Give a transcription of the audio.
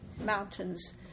mountains